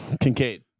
Kincaid